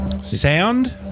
Sound